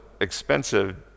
expensive